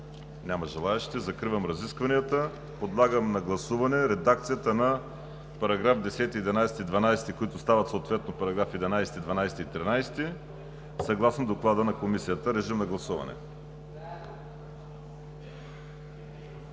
Няма желаещи. Закривам разискванията. Подлагам на гласуване редакцията на параграфи 10, 11, 12, които стават параграфи 11, 12 и 13 съгласно Доклада на Комисията. Гласували